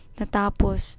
natapos